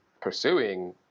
pursuing